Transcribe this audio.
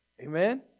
Amen